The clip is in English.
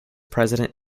president